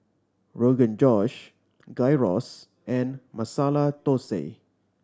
Rogan Josh Gyros and Masala Dosa